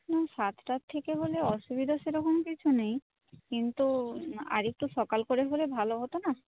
না সাতটার থেকে হলে অসুবিধা সেরকম কিছু নেই কিন্তু আর একটু সকাল করে হলে ভালো হত না